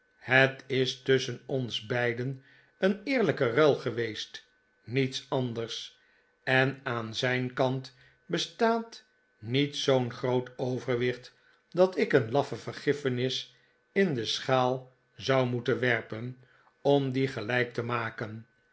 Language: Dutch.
het is tusschen ons beiden een eerlijke ruil geweest niets anders en aan zijn kant bestaat niet zoo'n groot overwicht dat ik een laffe vergiffenis in de schaal zou moeten werpen om die gelijk te maken